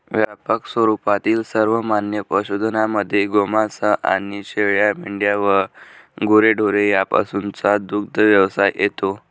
व्यापक स्वरूपातील सर्वमान्य पशुधनामध्ये गोमांस आणि शेळ्या, मेंढ्या व गुरेढोरे यापासूनचा दुग्धव्यवसाय येतो